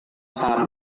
sangat